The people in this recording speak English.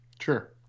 sure